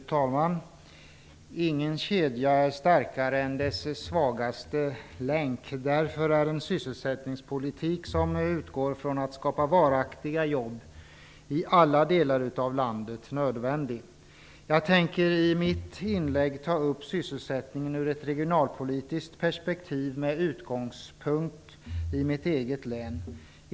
Fru talman! Ingen kedja är starkare än dess svagaste länk. Därför är en sysselsättningspolitik som utgår från att skapa varaktiga jobb i alla delar av landet nödvändig. Jag tänker i mitt inlägg ta upp sysselsättningen ur ett regionalpolitiskt perspektiv med utgångspunkt i mitt eget län.